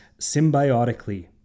symbiotically